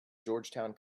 georgetown